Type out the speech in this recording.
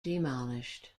demolished